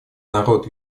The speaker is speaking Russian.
народ